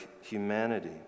humanity